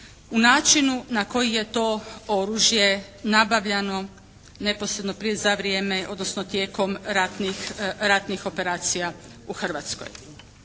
u načinu na koji je to oružje nabavljano neposredno prije, za vrijeme odnosno tijekom ratnih operacija u Hrvatskoj.